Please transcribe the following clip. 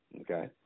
Okay